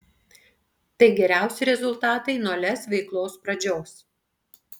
tai geriausi rezultatai nuo lez veiklos pradžios